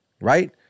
right